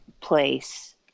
place